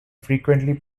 frequently